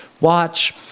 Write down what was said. watch